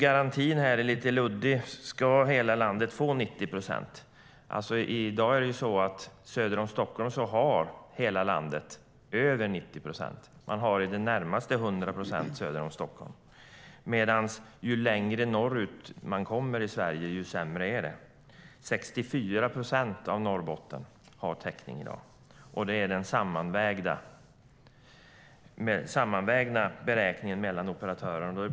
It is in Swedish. Garantin är lite luddig. Ska hela landet få 90 procents täckning? I dag har hela landet söder om Stockholm över 90 procents täckning. Man har i det närmaste 100 procent söder om Stockholm, medan man ju längre norrut man kommer har desto sämre täckning. 64 procent av Norrbotten har täckning i dag, och det är den sammanvägda beräkningen mellan operatörerna.